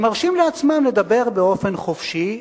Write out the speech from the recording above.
הם מרשים לעצמם לדבר באופן חופשי,